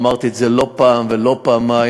אמרתי את זה לא פעם ולא פעמיים,